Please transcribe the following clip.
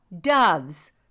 doves